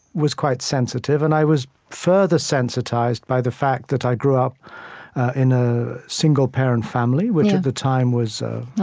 was quite sensitive, and i was further sensitized by the fact that i grew up in a single-parent family which, at the time, was,